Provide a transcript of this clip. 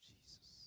Jesus